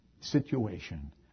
situation